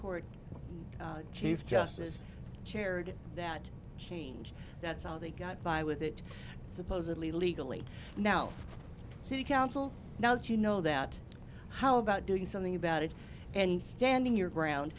court chief justice chaired that change that's how they got by with it supposedly legally now city council now that you know that how about doing something about it and standing your ground